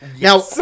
Now